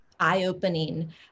eye-opening